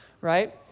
right